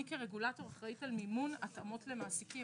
אני כרגולטור אחראית על מימון התאמות למעסיקים.